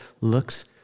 looks